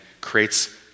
creates